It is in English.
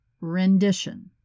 Rendition